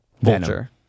Vulture